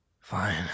Fine